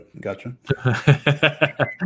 gotcha